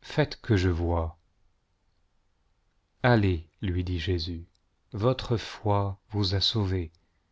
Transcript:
faites que je voie allez lui dit jésus votre foi vous a sauvé